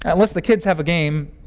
unless the kids have a game.